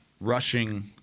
rushing